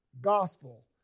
gospel